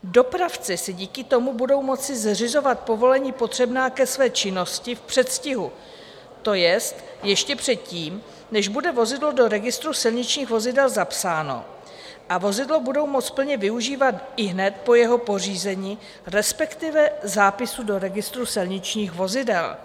Dopravci si díky tomu budou moci zřizovat povolení potřebná ke své činnosti v předstihu, to jest ještě před tím, než bude vozidlo do registru silničních vozidel zapsáno, a vozidlo budou moci plně využívat ihned po jeho pořízení, respektive zápisu do registru silničních vozidel.